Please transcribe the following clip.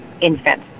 infant